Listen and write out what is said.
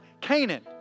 Canaan